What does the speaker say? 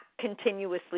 continuously